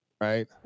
right